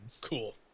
Cool